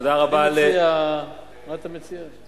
מה אתה מציע?